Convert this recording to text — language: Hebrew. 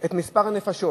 את מספר הנפשות